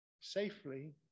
safely